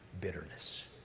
bitterness